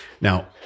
Now